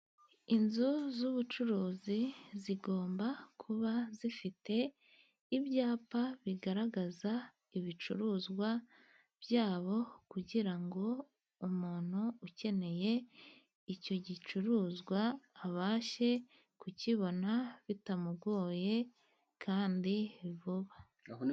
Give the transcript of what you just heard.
Inzu z'ubucuruzi zigomba kuba zifite ibyapa bigaragaza ibicuruzwa byabo, kugira ngo umuntu ukeneye icyo gicuruzwa abashe kukibona bitamugoye kandi vuba.